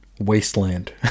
wasteland